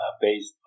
based